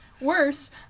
worse